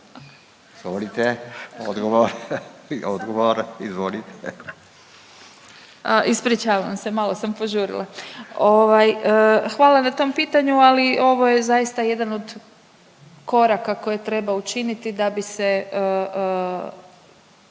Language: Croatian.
Izvolite. **Bubaš, Marija** Ispričavam se, malo sam požurila. Ovaj, hvala na tom pitanju ali ovo je zaista jedan od koraka koje treba učiniti da bi se,